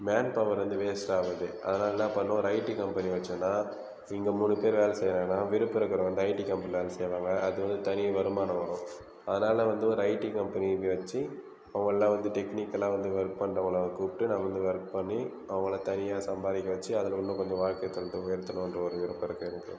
man power வந்து waste ஆகுது அதனால் என்னால் பண்ணனும் ஒரு ஐடி கம்பெனி வச்சோம்னா இங்கே மூணு பேர் வேலை செய்ய வேணாம் விருப்பம் இருக்கிறவங்க வந்து ஐடி கம்பெனியில் வேலை செய்யலாம் அது ஒரு தனி வருமானம் வரும் அதனால் வந்து ஒரு ஐடி கம்பெனி இங்கே வச்சு அவங்களாம் வந்து டெக்னிக்கலா வந்து ஒர்க் பண்ணுவங்கள கூப்பிட்டு நம்ம வந்து ஒர்க் பண்ணி அவங்களை தனியாக சம்பாரிக்க வச்சு அதில் இன்னும் கொஞ்சம் வாழ்க்கை தரத்தை உயர்த்தனும்ன்ற ஒரு விருப்பம் இருக்குது எனக்கு